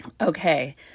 Okay